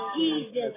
Jesus